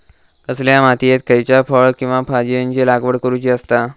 कसल्या मातीयेत खयच्या फळ किंवा भाजीयेंची लागवड करुची असता?